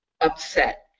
upset